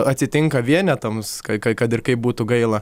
atsitinka vienetams kai kad ir kaip būtų gaila